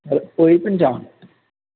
sir होई पंछान